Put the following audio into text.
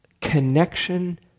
connection